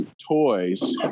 toys